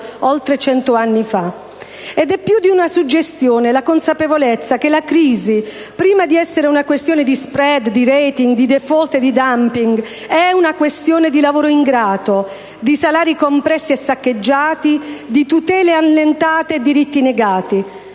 un'azienda tessile. Ed è più di una suggestione: è la consapevolezza che la crisi, prima di essere una questione di *spread*, di *rating*, di *default* e di *dumping*,è una questione di lavoro ingrato, di salari compressi e saccheggiati, di tutele allentate e diritti negati.